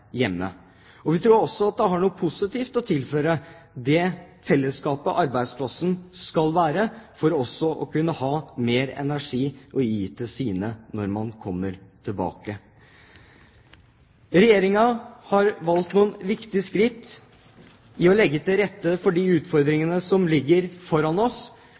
hjemme. Vi tror også at det har noe positivt å tilføre det fellesskapet som arbeidsplassen skal være, for også å kunne ha mer energi å gi til sine når man kommer tilbake. Regjeringen har valgt noen viktige skritt ved å legge til rette for å løse de utfordringene som ligger foran oss.